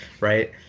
Right